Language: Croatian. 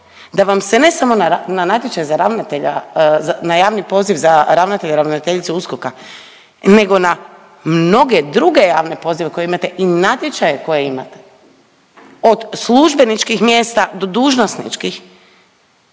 da vam se ne samo na natječaj za ravnatelja, na javni poziv za ravnatelja, ravnateljicu USKOK-a nego na mnoge druge javne pozive koje imate i natječaje koje imate od službeničkih mjesta do dužnosničkih,